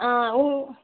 ஆ உங்